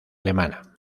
alemana